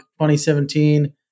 2017